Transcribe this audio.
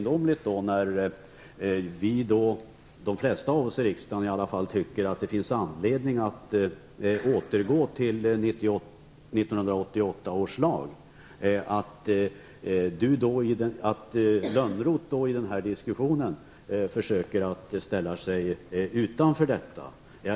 De flesta av oss i riksdagen tycker att det finns anledning att återgå till 1988 års lag, och det är då litet egendomligt att Johan Lönnroth försöker ställa sig utanför detta.